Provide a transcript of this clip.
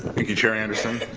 thank you chair anderson.